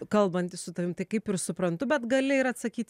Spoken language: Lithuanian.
kalbantis su tavim tai kaip ir suprantu bet gali ir atsakyt